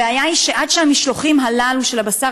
הבעיה היא שעד שהמשלוחים הללו של הבשר